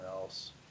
else